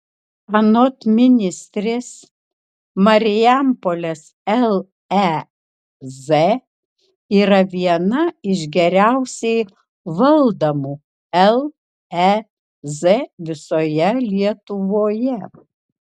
anot ministrės marijampolės lez yra viena iš geriausiai valdomų lez visoje lietuvoje